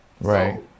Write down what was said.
Right